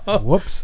Whoops